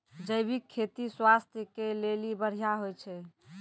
जैविक खेती स्वास्थ्य के लेली बढ़िया होय छै